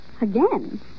Again